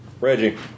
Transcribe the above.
Reggie